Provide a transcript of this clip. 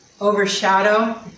overshadow